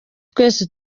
twese